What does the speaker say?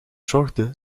zorgde